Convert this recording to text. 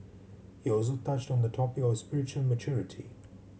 he also touched on the topic of spiritual maturity